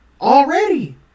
already